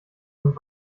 und